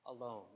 alone